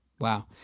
Wow